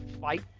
fight